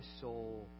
soul